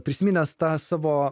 prisiminęs tą savo